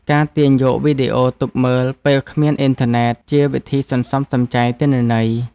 ការទាញយកវីដេអូទុកមើលពេលគ្មានអ៊ីនធឺណិត ជាវិធីសន្សំសំចៃទិន្នន័យ។